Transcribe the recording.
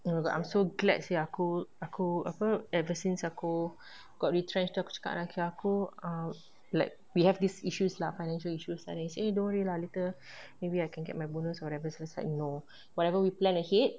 oh my god I'm so glad sia aku aku apa ever since aku got retrenched tu aku cakap dengan laki aku err like we have this issues lah financial issues lah they say don't worry lah later maybe I can get my bonus whatever since like no whatever we plan ahead